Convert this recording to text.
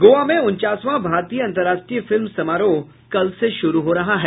गोवा में उनचासवां भारतीय अंतरराष्ट्रीय फिल्म समारोह कल से शुरू हो रहा है